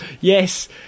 yes